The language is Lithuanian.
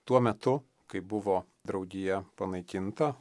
tuo metu kai buvo draugija panaikinta